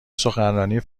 سخنرانی